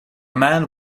man